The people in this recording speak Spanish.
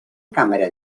cámara